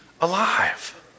alive